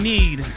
Need